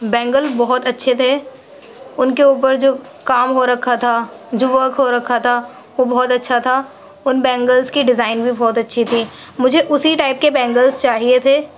bangle بہت اچھے تھے ان کے اوپر جو کام ہو رکھا تھا جو ورک ہو رکھا تھا وہ بہت اچھا تھا ان بینگلس کی ڈیزائن بھی بہت اچھی تھی مجھے اسی ٹائپ کے بینگلس چاہیے تھے